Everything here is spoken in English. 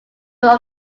would